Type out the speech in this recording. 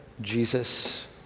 Jesus